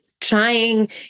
trying